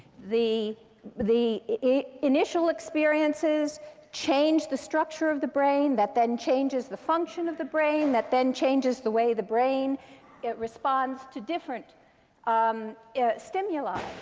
the the initial experiences change the structure of the brain. that then changes the function of the brain. that then changes the way the brain responds to different um stimuli.